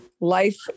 life